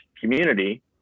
community